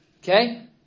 Okay